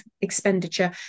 expenditure